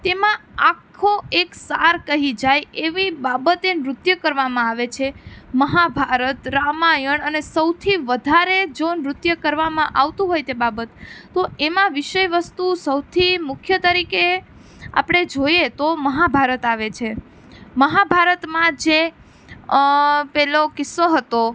તેમાં આખો એક સાર કહી જાય એવી બાબતે નૃત્ય કરવામાં આવે છે મહાભારત રામાયણ અને સૌથી વધારે જો નૃત્ય કરવામાં આવતું હોય તે બાબત તો એમાં વિષયવસ્તુ સૌથી મુખ્ય તરીકે આપણે જોઈએ તો મહાભારત આવે છે મહાભારતમાં જે પહેલો કિસ્સો હતો